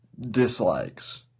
dislikes